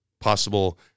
possible